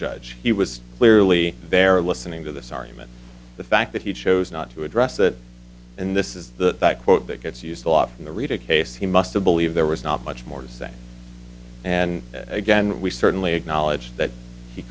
judge he was clearly there listening to this argument the fact that he chose not to address it and this is the quote that gets used a lot in the rita case he must to believe there was not much more to say and again we certainly acknowledge that he